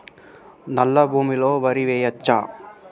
నల్లా భూమి లో వరి వేయచ్చా?